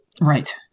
Right